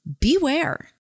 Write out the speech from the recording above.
beware